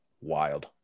Wild